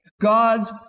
God's